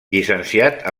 llicenciat